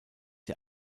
der